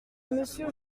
monsieur